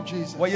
Jesus